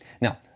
Now